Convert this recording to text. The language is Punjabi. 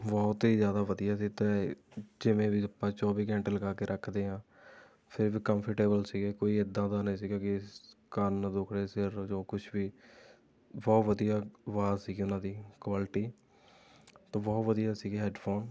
ਬਹੁਤ ਹੀ ਜ਼ਿਆਦਾ ਵਧੀਆ ਦਿੱਤੇ ਜਿਵੇਂ ਵੀ ਆਪਾਂ ਚੌਵੀ ਘੰਟੇ ਲਗਾ ਕੇ ਰੱਖਦੇ ਹਾਂ ਫਿਰ ਵੀ ਕੰਫਰਟੇਬਲ ਸੀ ਕੋਈ ਇਦਾਂ ਦਾ ਨਹੀਂ ਸੀ ਕਿ ਕੰਨ ਦੁੱਖ ਰਹੇ ਸਿਰ ਜੋ ਕੁਛ ਵੀ ਬਹੁਤ ਵਧੀਆ ਆਵਾਜ਼ ਸੀ ਉਹਨਾਂ ਦੀ ਕੁਆਲਟੀ ਤਾਂ ਬਹੁਤ ਵਧੀਆ ਸੀ ਹੈੱਡਫੋਨ